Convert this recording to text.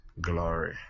glory